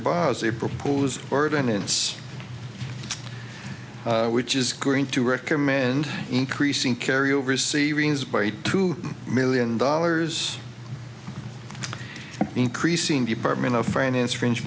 a proposed ordinance which is going to recommend increasing carry over see rings by two million dollars increasing department of finance fringe